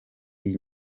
iyi